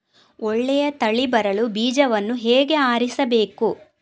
ಒಳ್ಳೆಯ ತಳಿ ಬರಲು ಬೀಜವನ್ನು ಹೇಗೆ ಆರಿಸಬೇಕು?